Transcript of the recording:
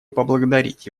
поблагодарить